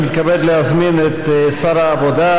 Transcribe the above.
אני מתכבד להזמין את שר העבודה,